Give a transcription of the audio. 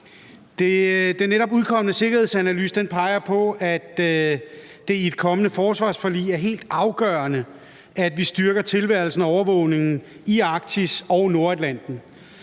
Den netop udkomne sikkerhedsanalyse peger på, at det i et kommende forsvarsforlig er helt afgørende, at vi styrker tilstedeværelsen og overvågningen i Arktis og Nordatlanten.